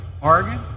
Oregon